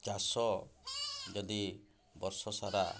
ଚାଷ ଯଦି ବର୍ଷସାରା